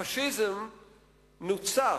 הפאשיזם נוצח,